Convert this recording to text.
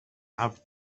have